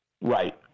Right